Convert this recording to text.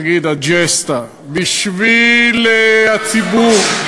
הג'סטה, בשביל הציבור.